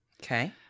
Okay